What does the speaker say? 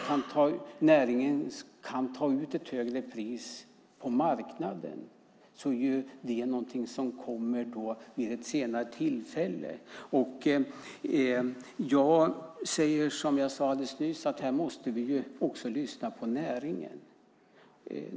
Kan näringen ta ut ett högre pris på marknaden är det något som kommer vid ett senare tillfälle. Jag säger som jag sade alldeles nyss, att vi måste lyssna på näringen.